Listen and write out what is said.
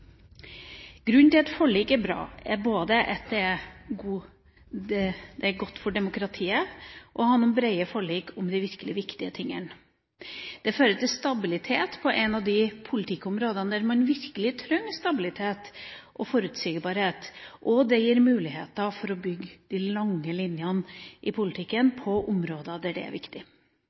Grunnen til at forlik er bra, er at det er godt for demokratiet å ha noen breie forlik om de virkelig viktige tingene. Det fører til stabilitet på et av de politikkområdene der man virkelig trenger stabilitet og forutsigbarhet, og det gir muligheter for å bygge de lange linjene i politikken på områder der det er viktig.